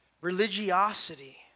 religiosity